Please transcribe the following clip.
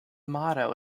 motto